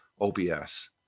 obs